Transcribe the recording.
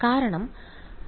കാരണം രണ്ടാമത്തേത്